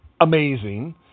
amazing